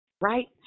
right